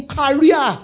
career